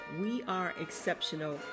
weareexceptional